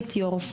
בהרצליה.